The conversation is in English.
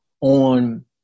on